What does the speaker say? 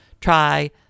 Try